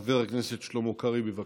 חבר הכנסת שלמה קרעי, בבקשה.